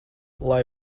lai